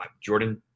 Jordan